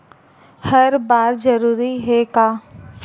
हर बार जरूरी हे का?